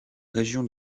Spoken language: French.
région